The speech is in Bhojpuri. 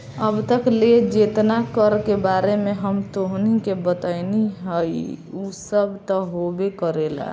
अब तक ले जेतना कर के बारे में हम तोहनी के बतइनी हइ उ सब त होबे करेला